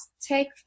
take